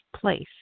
place